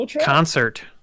concert